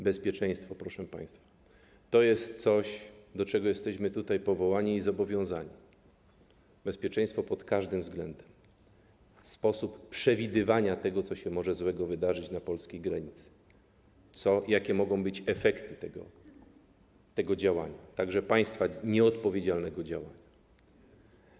Bezpieczeństwo, proszę państwa, to jest coś, do czego jesteśmy tutaj powołani i zobowiązani - bezpieczeństwo pod każdym względem, sposób przewidywania tego, co się może złego wydarzyć na polskiej granicy, jakie mogą być efekty tego działania, także nieodpowiedzialnego działania państwa.